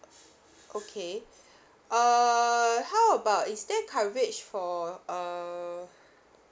okay err how about is there coverage for uh